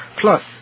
plus